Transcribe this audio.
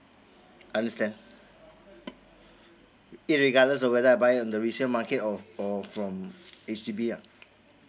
understand it regardless of I buy on the resale market or or from H_D_B lah